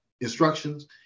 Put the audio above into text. instructions